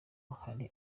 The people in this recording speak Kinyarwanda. hari